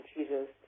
Jesus